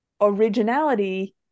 originality